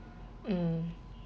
mm